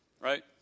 right